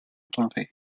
trompé